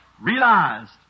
realized